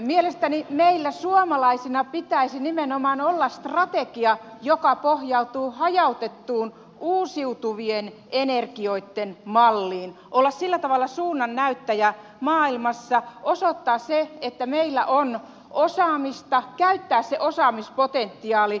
mielestäni meillä suomalaisina pitäisi nimenomaan olla strategia joka pohjautuu hajautettuun uusiutuvien energioitten malliin meidän pitäisi olla sillä tavalla suunnannäyttäjiä maailmassa ja osoittaa se että meillä on osaamista käyttää se osaamispotentiaali